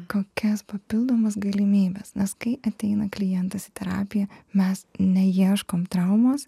kokias papildomas galimybes nes kai ateina klientas į terapiją mes neieškom traumos